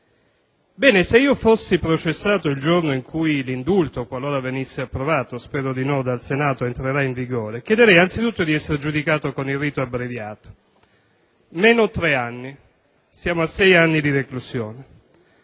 Bene, se io fossi processato il giorno cui l'indulto, qualora venisse approvato - spero di no - dal Senato, entrerà in vigore, chiederei anzitutto di essere giudicato con il rito abbreviato: meno tre anni; siamo a sei anni di reclusione.